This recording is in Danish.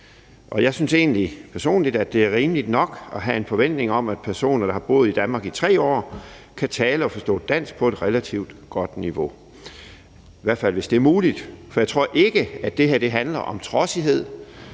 Jeg synes egentlig personligt, det er rimeligt nok at have en forventning om, at personer, der har boet i Danmark i 3 år, kan tale og forstå dansk på et relativt godt niveau, i hvert fald hvis det er muligt. For jeg tror ikke, det her handler om trodsighed